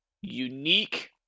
unique